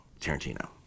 Tarantino